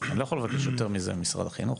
אני לא יכול לבקש יותר מזה ממשרד החינוך.